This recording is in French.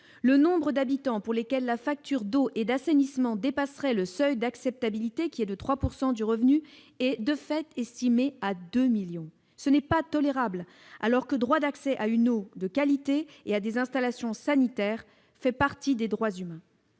Le nombre d'habitants dont la facture d'eau et d'assainissement dépasserait le seuil d'acceptabilité, soit 3 % du revenu, est estimé à 2 millions. Ce n'est pas tolérable, alors que le droit d'accès à une eau de qualité et à des installations sanitaires fait partie des droits humains